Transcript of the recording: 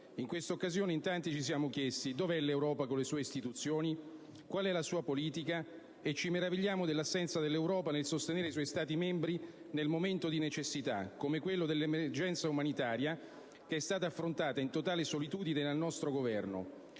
In tale occasione in tanti ci siamo chiesti: dov'è l'Europa con le sue istituzioni? Qual è la sua politica? E ci meravigliamo dell'assenza dell'Europa nel sostenere i suoi Stati membri nel momento di necessità, come quello dell'emergenza umanitaria che è stata affrontata in totale solitudine dal nostro Governo.